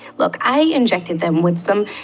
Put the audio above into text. look i injected them with some.